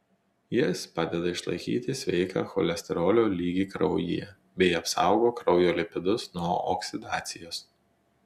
jis padeda išlaikyti sveiką cholesterolio lygį kraujyje bei apsaugo kraujo lipidus nuo oksidacijos